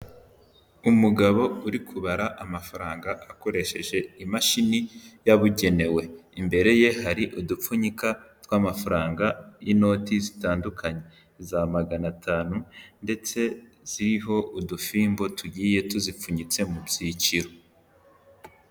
Umugabo uri kubara amafaranga akoresheje imashini yabugenewe, imbere ye hari udupfunyika tw'amafaranga y'inoti zitandukanye za magana atanu, ndetse ziriho udufimbo tugiye tuzipfunyitse mu byiciro.